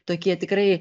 tokie tikrai